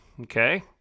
Okay